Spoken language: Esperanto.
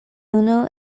unu